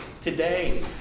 today